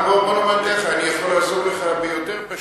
בוא נאמר ככה, אני יכול לעזור לך ביותר פשטות.